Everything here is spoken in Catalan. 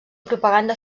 propaganda